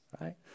right